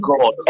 God